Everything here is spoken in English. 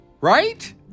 Right